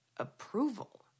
approval